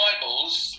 Bibles